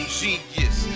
genius